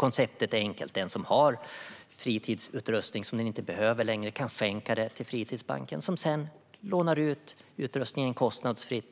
Konceptet är enkelt: Den som har fritidsutrustning som man inte längre behöver kan skänka den till fritidsbanken som sedan kostnadsfritt lånar ut utrustningen